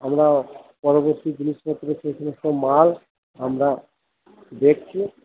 আমরা পরবর্তী জিনিসপত্র সমস্ত মাল আমরা দেখছি